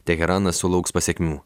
teheranas sulauks pasekmių